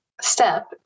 step